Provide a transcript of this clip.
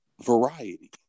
variety